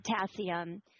potassium